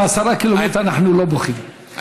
על עשרה קילומטר אנחנו לא בוכים,